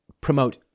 promote